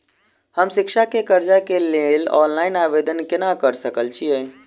हम शिक्षा केँ कर्जा केँ लेल ऑनलाइन आवेदन केना करऽ सकल छीयै?